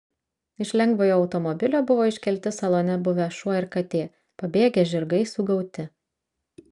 iš lengvojo automobilio buvo iškelti salone buvę šuo ir katė pabėgę žirgai sugauti